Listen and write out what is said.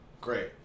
great